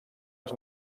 als